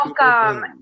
welcome